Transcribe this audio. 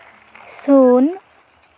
ᱥᱩᱱ